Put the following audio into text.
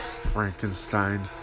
Frankenstein